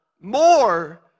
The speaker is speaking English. more